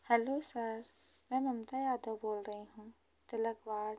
hello sir मैं ममता यादव बोल रही हूँ तिलकवाड